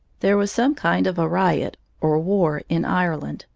there was some kind of a riot or war in ireland,